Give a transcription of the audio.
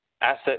asset